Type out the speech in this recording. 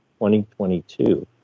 2022